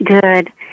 Good